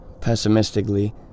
pessimistically